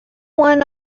one